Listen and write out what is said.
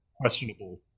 questionable